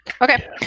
Okay